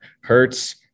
Hurts